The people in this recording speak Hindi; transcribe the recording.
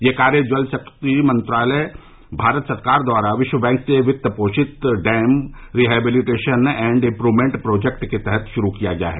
यह कार्य जल शक्ति मंत्रालय भारत सरकार द्वारा विश्व बैंक से वित्त पोषित dam rehabilitation and improvement project के तहत शुरू किया गया है